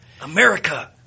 America